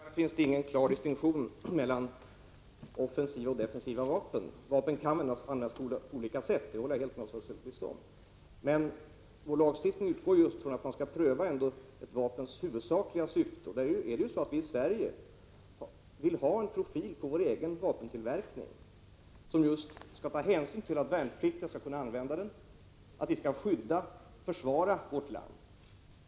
Fru talman! Självfallet finns det ingen klar distinktion mellan offensiva och defensiva vapen. Vapen kan användas på olika sätt, det håller jag med Oswald Söderqvist om. Men vår lagstiftning utgår ifrån att man skall pröva ett vapens huvudsakliga syfte. Vi vill i Sverige ha en profil på vår egen vapentillverkning som just tar hänsyn till att värnpliktiga skall kunna använda vapnen för att försvara vårt land.